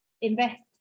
invest